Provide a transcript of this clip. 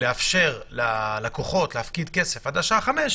לאפשר ללקוחות להפקיד כסף עד השעה 17:00,